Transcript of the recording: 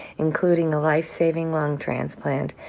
including a lifesaving lung transplant,